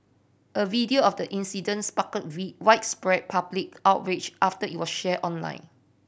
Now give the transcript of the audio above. a video of the incident sparked way widespread public outrage after it was shared online